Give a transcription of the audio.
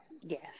yes